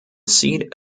seat